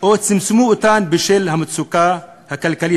או צמצמו אותן בשל המצוקה הכלכלית,